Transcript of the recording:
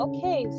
Okay